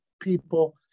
people